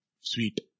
sweet